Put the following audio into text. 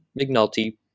McNulty